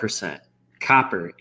copper